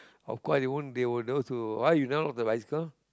of course they won't they will those who ah you never lock your bicycle